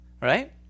Right